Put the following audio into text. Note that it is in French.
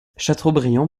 chateaubriand